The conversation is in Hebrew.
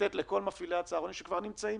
צריך היה לתת לכל מפעילי הצהרונים שכבר נמצאים,